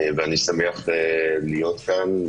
ואני שמח להיות כאן.